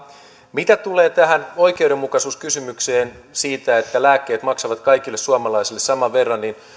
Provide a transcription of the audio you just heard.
mitä tulee tähän oikeudenmukaisuuskysymykseen siinä että lääkkeet maksavat kaikille suomalaisille saman verran niin